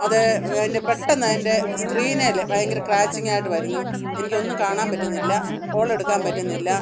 അത് അതിന് പെട്ടെന്നതിൻ്റെ സ്ക്രീനേല് ഭയങ്കര ക്രാച്ചിംഗായിട്ട് വരുന്നു എനിക്കൊന്നും കാണാൻ പറ്റുന്നില്ല കോളെടുക്കാന് പറ്റുന്നില്ല